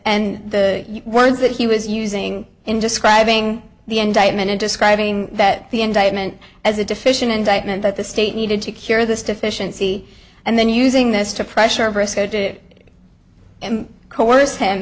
and the ones that he was using in describing the indictment in describing that the indictment as a deficient indictment that the state needed to cure this deficiency and then using this